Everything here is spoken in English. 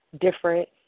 different